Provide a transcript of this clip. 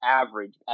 average